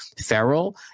feral